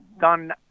done